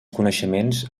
coneixements